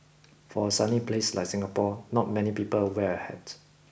for a sunny place like Singapore not many people wear a hat